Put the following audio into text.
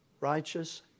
Righteous